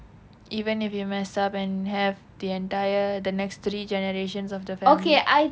even if you mess up and have the entire the next three generations of the family